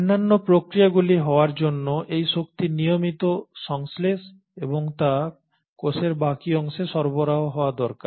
অন্যান্য প্রক্রিয়াগুলি হওয়ার জন্য এই শক্তি নিয়মিত সংশ্লেষ এবং তা কোষের বাকী অংশে সরবরাহ হওয়া দরকার